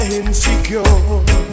insecure